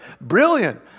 brilliant